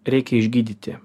reikia išgydyti